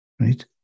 right